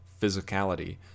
physicality